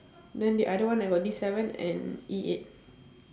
then the other one I got D seven and E eight